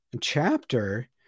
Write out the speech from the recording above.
chapter